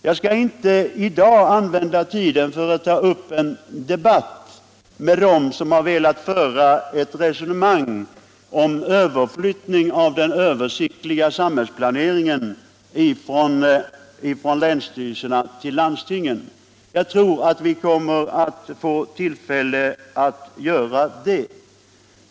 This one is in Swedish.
Jag skall inte i dag använda tiden för att ta upp en debatt med dem som har velat föra ett resonemang om överflyttning av den översiktliga samhällsplaneringen från länsstyrelserna till landstingen. Jag tror att vi kommer att få tillfälle att göra det.